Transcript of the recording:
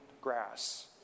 grass